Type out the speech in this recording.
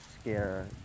scare